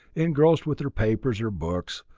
engrossed with their papers or books,